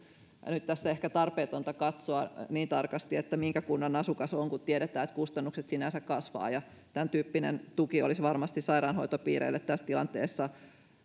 ja nyt tässä on ehkä tarpeetonta katsoa niin tarkasti minkä kunnan asukas on kun tiedetään että kustannukset sinänsä kasvavat ja tämän tyyppinen tuki olisi sairaanhoitopiireille tässä tilanteessa varmasti